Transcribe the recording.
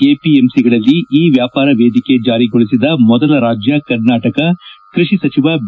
ಎಪಿಎಂಸಿಗಳಲ್ಲಿ e ವ್ಯಾಪಾರ ವೇದಿಕೆ ಜಾರಿಗೊಳಿಸಿದ ಮೊದಲ ರಾಜ್ಯ ಕರ್ನಾಟಕ ಕೃಷಿ ಸಚಿವ ಬಿ